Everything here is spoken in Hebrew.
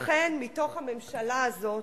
לכן, מתוך הממשלה הזאת,